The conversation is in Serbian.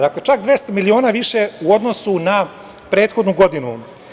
Dakle, čak 200 miliona više u odnosu na prethodnu godinu.